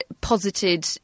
posited